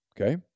Okay